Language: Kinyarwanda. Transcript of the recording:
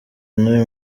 y’uyu